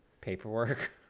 paperwork